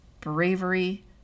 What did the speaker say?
bravery